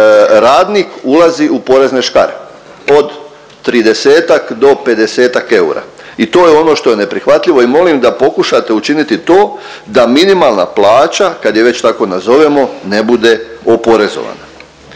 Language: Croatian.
radnik ulazi u porezne škare od 30-ak do 50-ak eura i to je ono što je neprihvatljivo i molim da pokušate učiniti to da minimalna plaća, kad je već tako nazovemo, ne bude oporezovana.